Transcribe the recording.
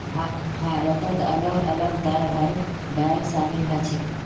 भारतत अलग अलग तरहर बैंक शामिल ह छेक